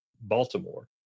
Baltimore